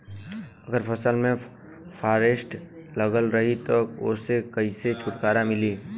अगर फसल में फारेस्ट लगल रही त ओस कइसे छूटकारा मिली?